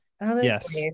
yes